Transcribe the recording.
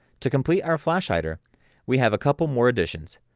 to complete our flash hider we have a couple more additions,